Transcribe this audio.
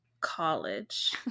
college